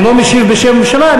אני לא משיב בשם הממשלה,